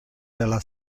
della